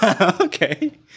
Okay